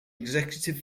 executive